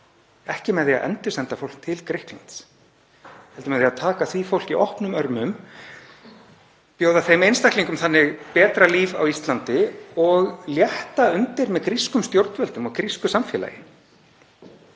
Ekki með því að endursenda fólk til Grikklands heldur með því að taka því opnum örmum, bjóða þeim einstaklingum þannig betra líf á Íslandi og létta undir með grískum stjórnvöldum og grísku samfélagi.